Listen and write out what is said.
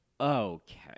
okay